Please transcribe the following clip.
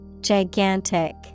Gigantic